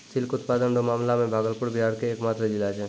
silk उत्पादन रो मामला मे भागलपुर बिहार के एकमात्र जिला छै